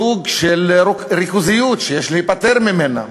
סוג של ריכוזיות שיש להיפטר ממנה?